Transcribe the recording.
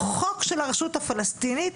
חוק של הרשות הפלסטינית,